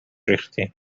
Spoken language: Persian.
ریختین